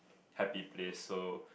happy place so